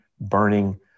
burning